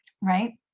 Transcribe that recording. right